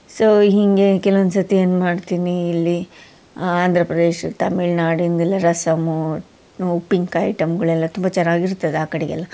so ಹೀಗೇ ಕೆಲವೊಂದು ಸರ್ತಿ ಏನು ಮಾಡ್ತೀನಿ ಇಲ್ಲಿ ಆಂಧ್ರ ಪ್ರದೇಶ್ ತಮಿಳ್ ನಾಡಿಂದೆಲ್ಲ ರಸಮ್ಮು ಉಪ್ಪಿನ ಕಾಯಿ ಐಟಮ್ಗಳೆಲ್ಲ ತುಂಬ ಚೆನ್ನಾಗಿರ್ತದೆ ಆ ಕಡೆಗೆಲ್ಲ